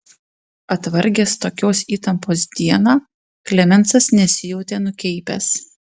atvargęs tokios įtampos dieną klemensas nesijautė nukeipęs